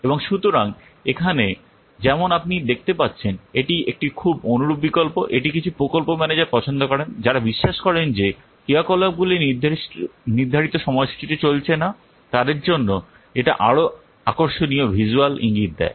এবং সুতরাং এখানে যেমন আপনি দেখতে পাচ্ছেন এটি একটি খুব অনুরূপ বিকল্প এটি কিছু প্রকল্প ম্যানেজার পছন্দ করেন যারা বিশ্বাস করেন যে ক্রিয়াকলাপগুলি নির্ধারিত সময়সূচিতে চলছে না তাদের জন্য এটা আরও আকর্ষণীয় ভিজ্যুয়াল ইঙ্গিত দেয়